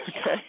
Okay